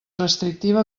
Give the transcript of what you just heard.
restrictiva